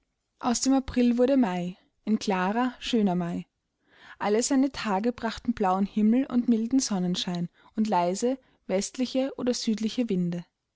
aus dem april wurde mai ein klarer schöner mai all seine tage brachten blauen himmel und milden sonnenschein und leise westliche oder südliche winde